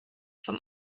vom